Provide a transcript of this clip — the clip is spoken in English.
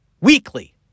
Weekly